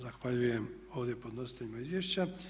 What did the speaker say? Zahvaljujem ovdje podnositeljima izvješća.